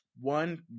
one